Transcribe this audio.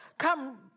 Come